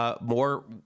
More